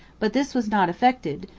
but this was not effected,